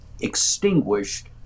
extinguished